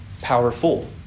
powerful